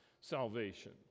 salvation